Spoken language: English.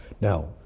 Now